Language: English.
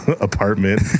apartment